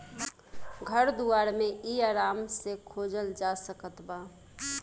घर दुआर मे इ आराम से खोजल जा सकत बा